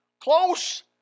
close